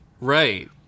Right